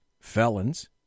felons